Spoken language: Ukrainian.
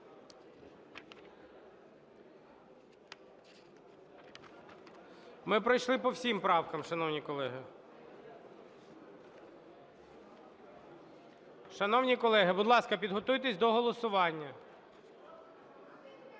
Ми пройшли по всім правкам, шановні колеги. Шановні колеги, будь ласка, підготуйтесь до голосування.